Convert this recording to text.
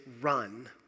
run